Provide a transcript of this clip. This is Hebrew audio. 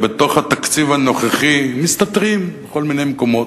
בתוך התקציב הנוכחי מסתתרים כל מיני מקומות,